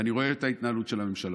ואני רואה את ההתנהלות של הממשלה,